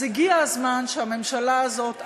אז הגיע הזמן שהממשלה הזאת,